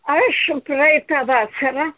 aš praeitą vasarą